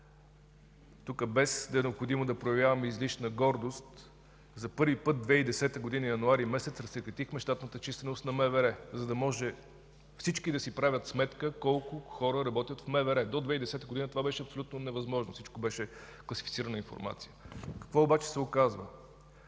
Тук без да е необходимо да проявявам излишна гордост, за първи път през месец януари 2010 г. разсекретихме щатната численост на МВР, за да може всички да си правят сметка колко хора работят в МВР. До 2010 г. това беше абсолютно невъзможно, всичко беше класифицирана информация. Какво обаче се оказва?